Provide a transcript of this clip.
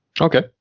Okay